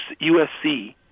USC